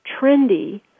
trendy